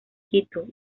quito